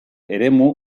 eremu